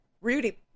Rudy